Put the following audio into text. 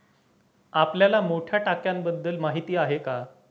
आपल्याला मोठ्या टाक्यांबद्दल माहिती आहे का?